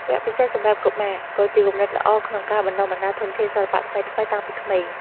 វគ្គពិសេសសម្រាប់កុមារក៏ជាគំនិតល្អក្នុងការបណ្ដុះបណ្ដាលធនធានសិល្បៈថ្មីៗតាំងពីក្មេង។